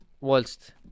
whilst